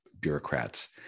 bureaucrats